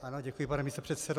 Ano, děkuji, pane místopředsedo.